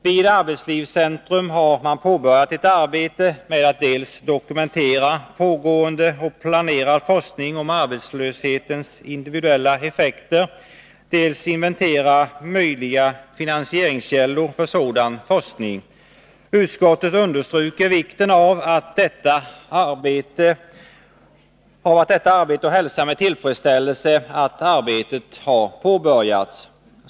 Vid arbetslivscentrum har man påbörjat ett arbete med att dels dokumentera pågående och planerad forskning om arbetslöshetens individuella effekter, dels inventera möjliga finansieringskällor för sådan forskning. Utskottet understryker vikten av detta arbete och hälsar med tillfredsställelse att arbetet har påbörjats.